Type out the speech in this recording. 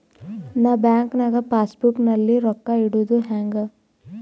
ನಾ ಬ್ಯಾಂಕ್ ನಾಗ passbook ನಲ್ಲಿ ರೊಕ್ಕ ಇಡುದು ಹ್ಯಾಂಗ್?